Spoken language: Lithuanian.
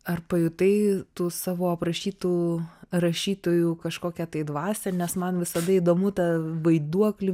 ar pajutai tų savo aprašytų rašytojų kažkokią tai dvasią nes man visada įdomu ta vaiduoklių